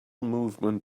movement